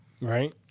Right